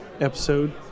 episode